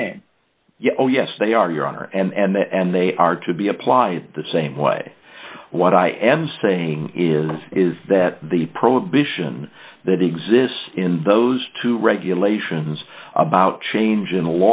same oh yes they are your honor and they are to be applied the same way what i am saying is is that the prohibition that exists in those two regulations about change in the